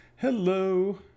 Hello